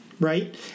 right